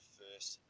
first